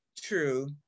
true